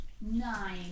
nine